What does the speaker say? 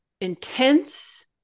intense